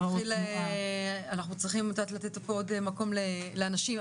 אנחנו צריכים לתת עוד מקום לאנשים,